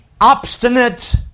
obstinate